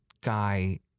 guy